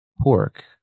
pork